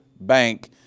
Bank